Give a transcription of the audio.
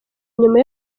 nyuma